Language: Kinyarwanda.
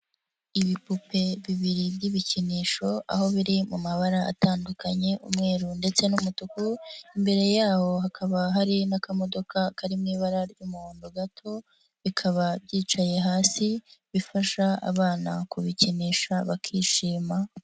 Ibipupe bibiri by'ibikinisho aho biri mu mabara atandukanye umweru ndetse n'umutuku, imbere yaho hakaba hari n'akamodoka kari mu ibara ry'umuhondo gato, bikaba byicaye hasi bifasha abana kubikinisha bakishima.